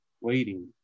waiting